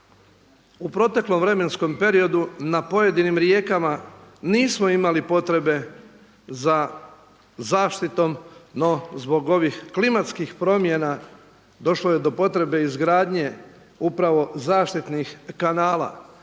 u proteklom vremenskom periodu na pojedinim rijekama nismo imali potrebe za zaštitom no zbog ovih klimatskim promjena došlo je do potrebe izgradnje upravo zaštitnih kanala,